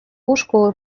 łóżku